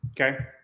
Okay